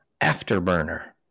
Afterburner